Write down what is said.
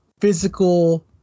physical